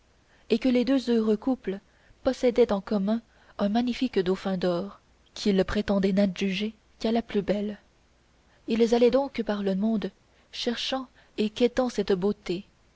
et que les deux heureux couples possédaient en commun un magnifique dauphin d'or qu'ils prétendaient n'adjuger qu'à la plus belle ils allaient donc par le monde cherchant et quêtant cette beauté